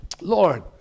Lord